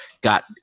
got